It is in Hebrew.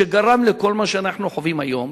שגרם לכל מה שאנחנו חווים היום,